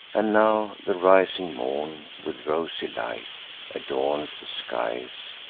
and now the rising morn with rosy light adorns the skies,